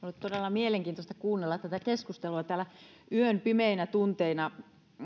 mielenkiintoista kuunnella tätä keskustelua täällä yön pimeinä tunteina